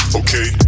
okay